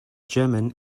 german